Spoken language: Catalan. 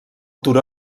turó